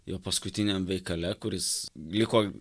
jo paskutiniam veikale kuris liko